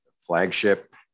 flagship